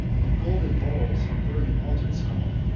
and golden bowls from burning altars caught,